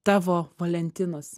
tavo valentinas